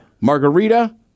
margarita